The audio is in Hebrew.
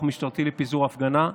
כוח משטרתי בפיזור הפגנה,